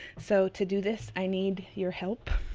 so to do this i need your help.